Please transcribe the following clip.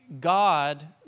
God